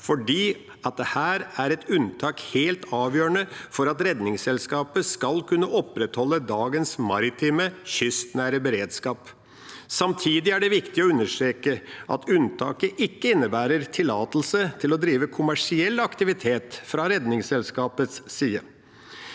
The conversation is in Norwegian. for her er et unntak helt avgjørende for at Redningsselskapet skal kunne opprettholde dagens maritime kystnære beredskap. Samtidig er det viktig å understreke at unntaket ikke innebærer tillatelse til å drive kommersiell aktivitet fra Redningsselskapets side.